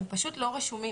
הם פשוט לא רשומים.